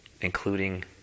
including